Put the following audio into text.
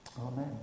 Amen